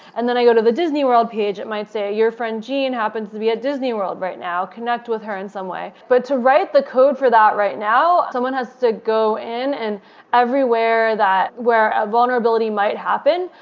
and then i go to the disneyworld page, it might say, your friend jean happens to be at disneyworld right now. connect with her in some way. but to write the code for that right now, someone has to go in and everywhere that where a vulnerability might happen,